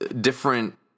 different